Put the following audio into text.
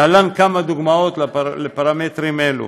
להלן כמה דוגמאות לפרמטרים האלה: